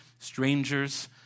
Strangers